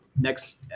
next